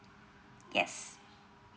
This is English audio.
yes